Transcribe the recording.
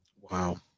Wow